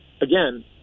again